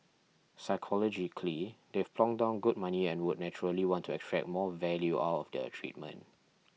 psychologically they've plonked down good money and would naturally want to extract more value out of their treatment